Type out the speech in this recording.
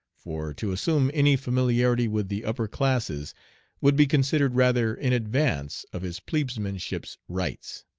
for to assume any familiarity with the upper classes would be considered rather in advance of his plebeship's rights.